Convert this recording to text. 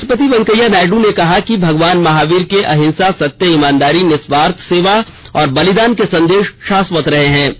उपराष्ट्रपति वेंकैया नायडू ने कहा कि भगवान महावीर के अंहिसा सत्य ईमानदारी निस्वार्थ सेवा और बलिदान के संदेश शाश्वत रहे हैं